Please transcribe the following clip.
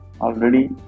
already